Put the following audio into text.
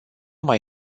mai